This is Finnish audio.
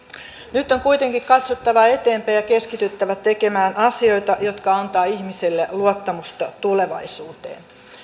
nyt on kuitenkin katsottava eteenpäin ja keskityttävä tekemään asioita jotka antavat ihmisille luottamusta tulevaisuuteen